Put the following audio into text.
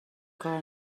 کار